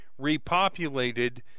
repopulated